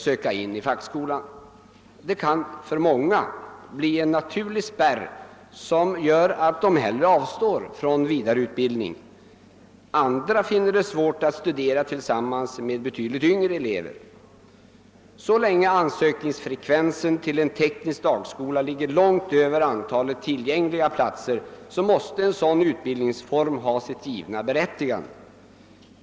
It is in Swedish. För många kan det bli en naturlig spärr som gör att de hellre avstår från vidareutbildning. Andra finner det svårt att studera tillsammans med betydligt yngre elever. Så länge ansökningsfrekvensen till en teknisk dagskola vida överstiger antalet tillgängliga platser måste en sådan utbildningsform givetvis ha ett berättigande.